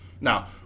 Now